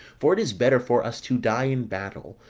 for it is better for us to die in battle,